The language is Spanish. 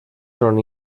son